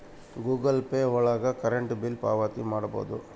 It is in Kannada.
ಗೂಗಲ್ ಪೇ ಒಳಗ ಕರೆಂಟ್ ಬಿಲ್ ಪಾವತಿ ಮಾಡ್ಬೋದು